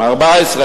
14,